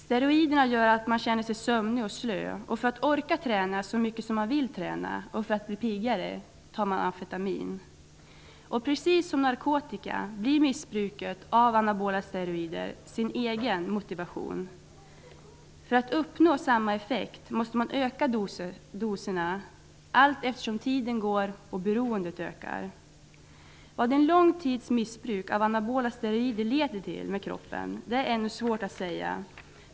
Steroiderna gör att man känner sig sömnig och slö, och för att orka träna så mycket som man vill träna och för att bli piggare tar man amfetamin. Och precis som narkotikamissbruket blir missbruket av anabola steroider sin egen motivation. För att uppnå samma effekt måste man öka doserna allt eftersom tiden går och beroendet ökar. Vad en lång tids missbruk av anabola steroider leder till med kroppen är ännu svårt att säga.